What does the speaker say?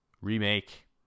Remake